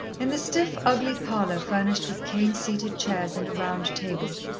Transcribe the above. in the stiff, ugly parlour, furnished with cane-seated chairs and round table,